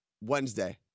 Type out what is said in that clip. Wednesday